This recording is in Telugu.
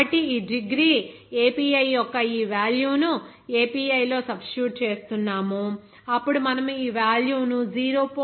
కాబట్టి ఈ డిగ్రీ API యొక్క ఈ వేల్యూ ను API లో సబ్స్టిట్యూట్ చేస్తున్నాము అప్పుడు మనము ఈ వేల్యూ ను 0